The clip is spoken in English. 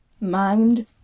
Mind